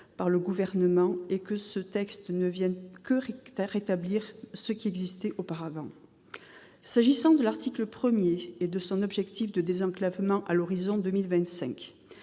par le Gouvernement et que ce texte ne vienne que rétablir ce qui existait auparavant. S'agissant de l'article 1 et de l'objectif de désenclavement à l'horizon 2025,